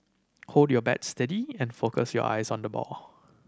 hold your bat steady and focus your eyes on the ball